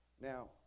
Now